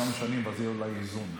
כמה שנים, ואז יהיה אולי איזון.